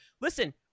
listen